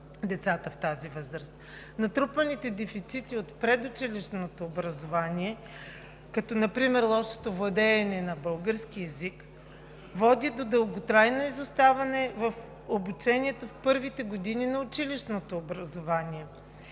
децата в тази възраст. Натрупаните дефицити от предучилищното образование, като например лошото владеене на български език, води до дълготрайно изоставане в обучението в първите години на училищното образование,